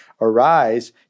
arise